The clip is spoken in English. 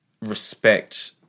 respect